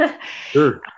Sure